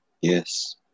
Yes